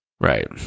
Right